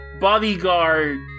bodyguard